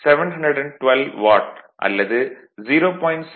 04 712 watt அல்லது 0